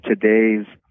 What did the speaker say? today's